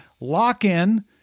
lock-in